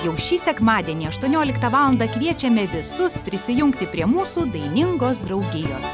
jau šį sekmadienį aštuonioliktą valandą kviečiame visus prisijungti prie mūsų dainingos draugijos